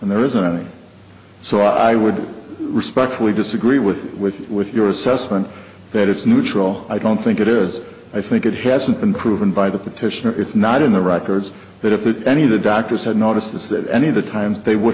and there isn't any so i would respectfully disagree with with with your assessment that it's neutral i don't think it is i think it hasn't been proven by the petitioner it's not in the records that if any of the doctors had noticed is that any of the times they would